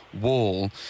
Wall